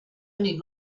only